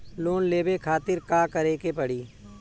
Loan लेवे खातिर का करे के पड़ी?